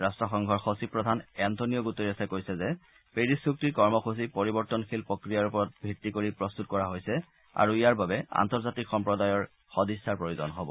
ৰট্ট্ৰসংঘৰ সচিব প্ৰধান এণ্টনিঅ' গুটেৰেছে কৈছে যে পেৰিছ চুক্তিৰ কৰ্মসূচী পৰিৱৰ্তনশীল প্ৰক্ৰিয়াৰ ওপৰত ভিত্তি কৰি প্ৰস্তত কৰা হৈছে আৰু ইয়াৰ বাবে আন্তৰ্জাতিক সম্প্ৰদায়ৰ সদিচ্ছাৰ প্ৰয়োজন হব